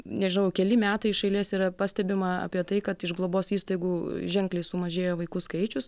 nežinau keli metai iš eilės yra pastebima apie tai kad iš globos įstaigų ženkliai sumažėjo vaikų skaičius